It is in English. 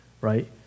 right